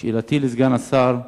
שאלתי לסגן השר: